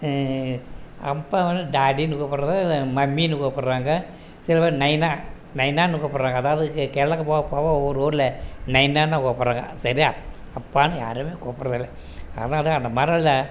அப்பாவை டாடின்னு கூப்புடறாங்க மம்மின்னு கூப்புடறாங்க சிலபேர் நைனா நைனான்னு கூப்புடறாங்க அதாவது கேரளாவுக்கு போக ஒரு ஊரில் நைனான்னுதான் கூப்புடறாங்க சரி அப்பான்னு யாருமே கூப்புடறது இல்லை அதாத்தான் அந்த மாதிரில்ல